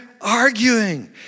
arguing